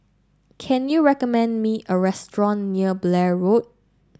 can you recommend me a restaurant near Blair Road